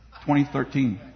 2013